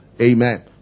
Amen